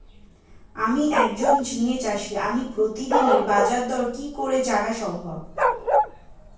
আমি একজন ঝিঙে চাষী আমি প্রতিদিনের বাজারদর কি করে জানা সম্ভব?